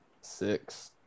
six